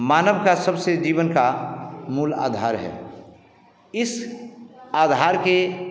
मानव का सबसे जीबन का मूल आधार है इस आधार के